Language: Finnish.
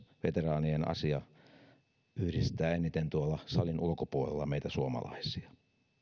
veteraanien asia yhdistää eniten myös tuolla salin ulkopuolella meitä suomalaisia